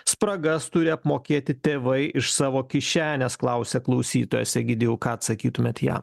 spragas turi apmokėti tėvai iš savo kišenės klausia klausytojas egidijau ką atsakytumėt jam